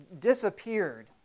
disappeared